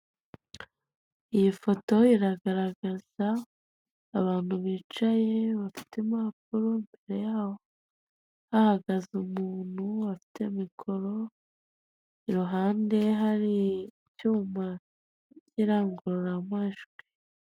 Iyi foto iragaragaza abantu bicaye bafite impapuro imbere yabo hagaze umuntu afite mikoro iruhande hari ibyuma by'irangururamajwi.